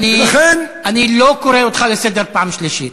ולכן, אז אני לא קורא אותך לסדר פעם שלישית.